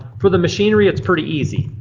for the machinery it's pretty easy.